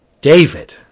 David